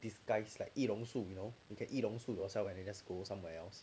these guys like 易容术 you know 易容术 yourself and then just go somewhere else